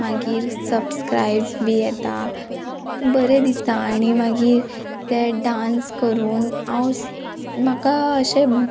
मागीर सबस्क्रायब्स बी येता बरें दिसता आणी मागीर ते डांस करून हांव म्हाका अशें